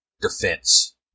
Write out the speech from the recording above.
defense